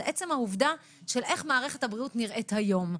זה עצם העובדה של איך מערכת הבריאות נראית היום.